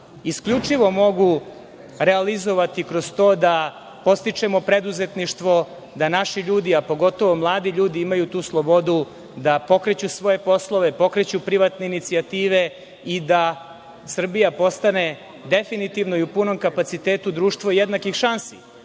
isključivo mogu realizovati kroz to da podstičemo preduzetništvo, da naši ljudi, a pogotovo mladi ljudi, imaju tu slobodu da pokreću svoje poslove, pokreću privatne inicijative i da Srbija postane definitivno i u punom kapacitetu društvo jednakih šansi